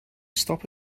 stop